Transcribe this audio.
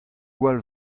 gwall